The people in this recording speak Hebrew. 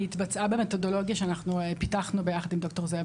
היא התבצעה במתודולוגיה שאנחנו פיתחנו ביחד עם ד"ר זאב